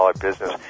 business